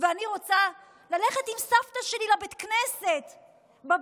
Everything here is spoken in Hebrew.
ואני רוצה ללכת עם סבתא שלי לבית הכנסת בבוקר,